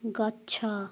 ଗଛ